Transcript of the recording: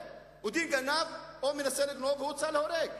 או דין גנב או מנסה לגנוב הוא הוצאה להורג.